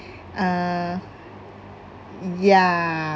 err ya